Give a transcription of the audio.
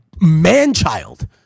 man-child